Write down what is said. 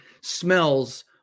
smells